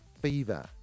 Fever